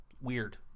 Weird